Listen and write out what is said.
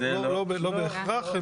לא בהכרח.